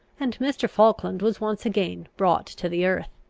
and mr. falkland was once again brought to the earth.